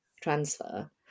transfer